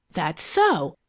that's so!